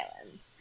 islands